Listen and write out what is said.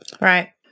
Right